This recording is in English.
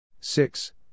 six